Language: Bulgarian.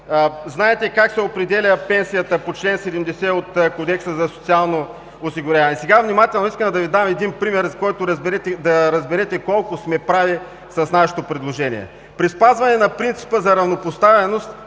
Знаете как се определя пенсията по чл. 70 от Кодекса за социално осигуряване. А сега искам да Ви дам един пример, за да разберете колко сме прави с нашето предложение. При спазване на принципа за равнопоставеност